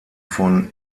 von